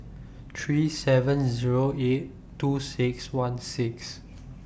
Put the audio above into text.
three seven Zero eight two six one six